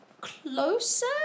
closer